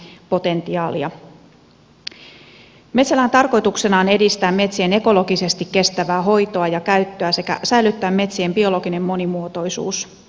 metsälain tarkoituksena on edistää metsien ekologisesti kestävää hoitoa ja käyttöä sekä säilyttää metsien biologinen monimuotoisuus